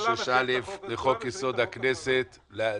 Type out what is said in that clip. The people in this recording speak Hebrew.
סעיף 36א לחוק-יסוד: הכנסת להצבעה,